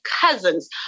cousins